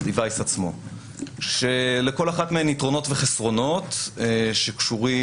כשלכל אחת מהן יתרונות וחסרונות שקשורים